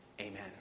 amen